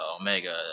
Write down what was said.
Omega